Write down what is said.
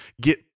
get